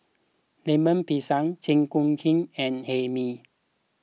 Lemper Pisang Chi Kak Kuih and Hae Mee